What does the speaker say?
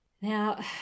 Now